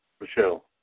Michelle